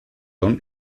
don